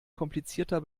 komplizierter